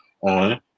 on